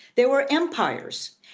there were empires,